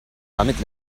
damit